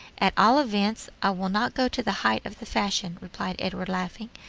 at all events, i will not go to the height of the fashion, replied edward, laughing.